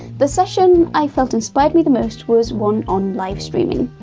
the session i felt inspired me the most was one on livestreaming.